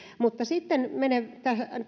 mutta sitten menen